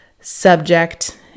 subject